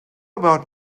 about